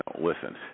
listen